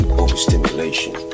overstimulation